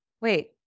wait